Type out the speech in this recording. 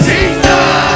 Jesus